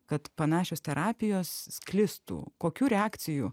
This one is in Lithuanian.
kad panašios terapijos sklistų kokių reakcijų